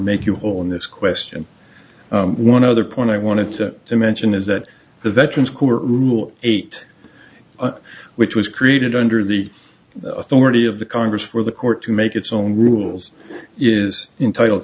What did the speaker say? make you whole in this question one other point i wanted to mention is that the veterans court rule eight which was created under the authority of the congress for the court to make its own rules is